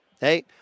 Hey